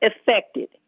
affected